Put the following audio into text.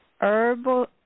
herbal